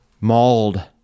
mauled